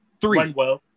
three